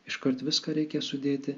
iškart viską reikia sudėti